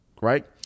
right